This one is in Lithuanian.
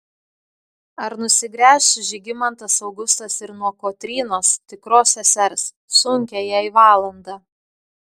ar nusigręš žygimantas augustas ir nuo kotrynos tikros sesers sunkią jai valandą